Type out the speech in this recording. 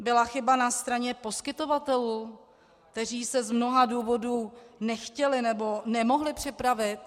Byla chyba na straně poskytovatelů, kteří se z mnoha důvodů nechtěli nebo nemohli připravit?